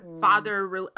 father